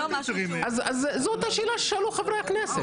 לא משהו שהוא --- אז זאת השאלה ששאלו חברי הכנסת.